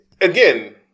Again